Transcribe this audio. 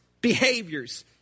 behaviors